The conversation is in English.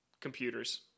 computers